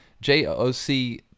J-O-C